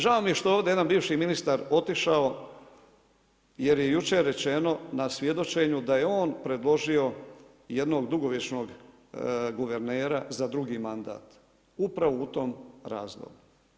Žao mi je što ovdje jedan bivši ministar otišao jer je jučer rečeno na svjedočenju da je on predložio jednog dugovječnog guvernera za drugi mandat upravo u tom razdoblju.